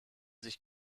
sich